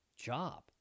job